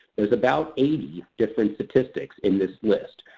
there's about eighty different statistics in this list.